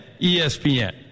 ESPN